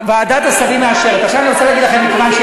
פוליטיקה חדשה, אתה לא מבין?